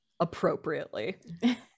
Appropriately